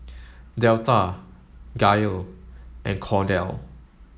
Delta Gayle and Kordell